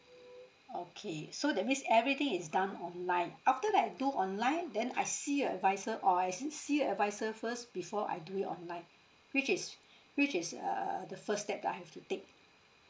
okay so that means everything is done online after that I do online then I see a advisor or I see a advisor first before I do it online which is which is err the first step that I have to take